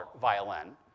violin